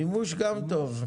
מימוש, גם טוב.